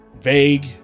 vague